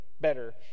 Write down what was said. better